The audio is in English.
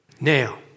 Now